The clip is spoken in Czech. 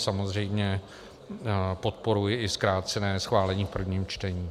Samozřejmě podporuji i zkrácené schválení v prvním čtení.